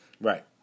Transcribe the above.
Right